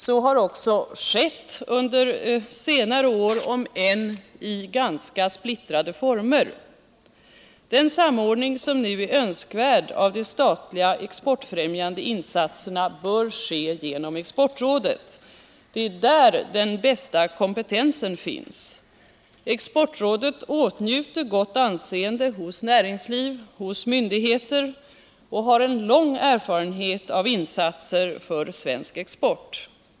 Så har också skett under senare år, om än i ganska splittrade former. Den samordning av de statliga exportfrämjande insatserna som nu är önskvärd bör ske genom Exportrådet. Det är där den bästa kompetensen finns. Exportrådet åtnjuter gott anseende inom näringsliv och i myndigheter och har en lång erfarenhet av insatser för svensk export.